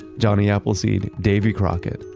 johnny appleseed, david crockett,